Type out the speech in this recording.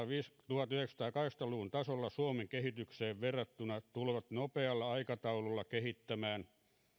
tuhatyhdeksänsataakahdeksankymmentä luvun tasolla suomen kehitykseen verrattuna tulevat nopealla aikataululla kehittämään